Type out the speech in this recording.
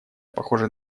похожая